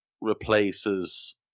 replaces